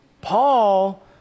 Paul